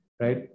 right